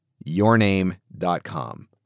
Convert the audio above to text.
YourName.com